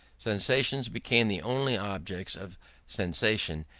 sensations became the only objects of sensation,